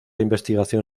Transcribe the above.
investigación